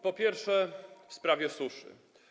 Po pierwsze, w sprawie suszy.